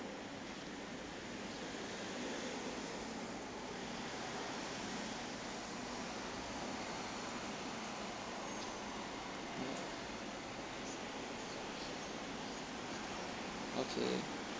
okay